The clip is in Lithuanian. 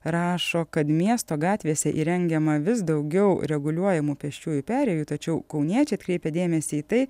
rašo kad miesto gatvėse įrengiama vis daugiau reguliuojamų pėsčiųjų perėjų tačiau kauniečiai atkreipia dėmesį į tai